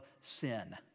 sin